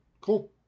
cool